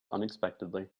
unexpectedly